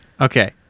Okay